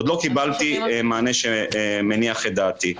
עוד לא קיבלתי מענה שמניח את דעתי.